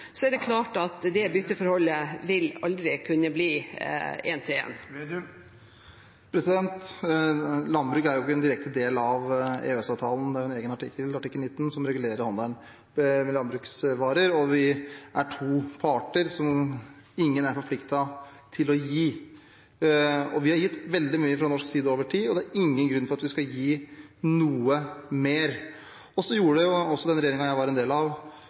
er det klart at det bytteforholdet vil aldri kunne bli en til en. Landbruk er ikke en direkte del av EØS-avtalen. Det er en egen artikkel, artikkel 19, som regulerer handelen med landbruksvarer. Vi er to parter, der ingen er forpliktet til å gi. Vi har gitt veldig mye fra norsk side over tid, og det er ingen grunn til at vi skal gi noe mer. Den regjeringen jeg var en del av, gjorde også forbedringer i tollvernet, fordi vi mente det var